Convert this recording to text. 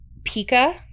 Pika